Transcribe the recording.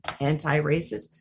anti-racist